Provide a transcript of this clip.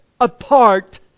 apart